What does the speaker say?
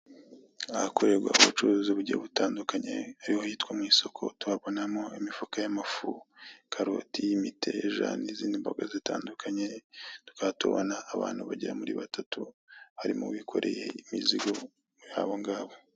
Ahakorerwa ubucuruzi bugiye butandukanye ariho hitwa mu isoko tuhabonamo imifuka y'amafu, karoti, imiteje n'izindi mboga zitandukanye, tukaba tubona abantu bagera kuri batatu harimo uwikoreye imizigo muri abongabo.